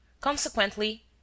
Consequently